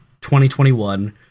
2021